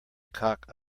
cock